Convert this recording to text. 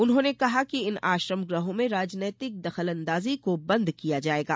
उन्होंने कहा कि इन आश्रम गृहों में राजनैतिक दखलंदाजी को बंद किया जायेगा